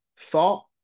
thought